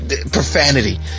profanity